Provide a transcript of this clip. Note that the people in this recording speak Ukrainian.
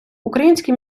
українські